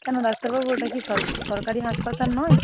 কেন ডাক্তারবাবু ওটা কি সরকারি হাসপাতাল নয়